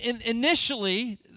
Initially